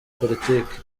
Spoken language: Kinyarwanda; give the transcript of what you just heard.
politiki